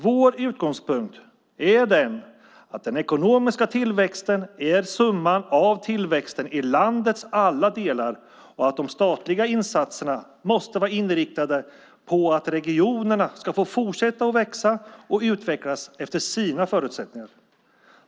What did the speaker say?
Vår utgångspunkt är att den ekonomiska tillväxten är summan av tillväxten i landets alla delar och att de statliga insatserna måste vara inriktade på att regionerna ska få fortsätta att växa och utvecklas efter sina förutsättningar.